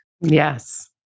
Yes